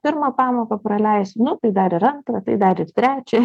pirmą pamoką praleisiu nu tai dar ir antrą tai dar ir trečią